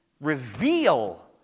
reveal